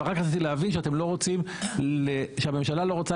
אבל רק רציתי להבין שהממשלה לא רוצה